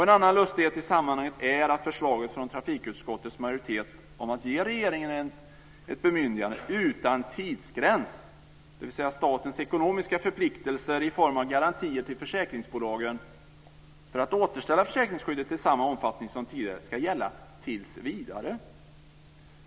En annan lustighet i sammanhanget är förslaget från trafikutskottets majoritet om att ge regeringen ett bemyndigande utan tidsgräns, dvs. att statens ekonomiska förpliktelser i form av garantier till försäkringsbolagen för att återställa försäkringsskyddet till samma omfattning som tidigare ska gälla tills vidare.